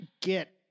get